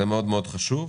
זה מאוד מאוד חשוב.